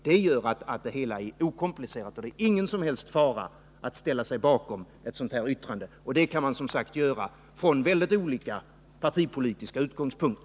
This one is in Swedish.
Det gör att det hela är okomplicerat, och därför är det ingen som helst fara att ställa sig bakom ett sådant här yttrande, något som man kan göra från olika partipolitiska utgångspunkter.